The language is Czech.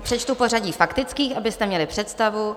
Přečtu pořadí faktických, abyste měli představu.